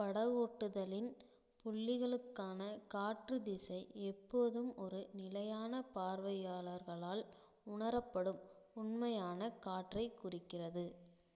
படகோட்டுதலின் புள்ளிகளுக்கான காற்று திசை எப்போதும் ஒரு நிலையான பார்வையாளர்களால் உணரப்படும் உண்மையான காற்றைக் குறிக்கிறது